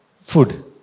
food